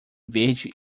verde